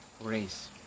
race